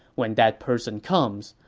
when that person comes,